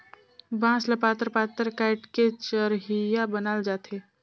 बांस ल पातर पातर काएट के चरहिया बनाल जाथे